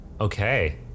Okay